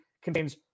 Contains